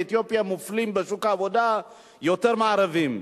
אתיופיה מופלים בשוק העבודה יותר מערבים.